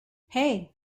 hey